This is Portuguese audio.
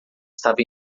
estava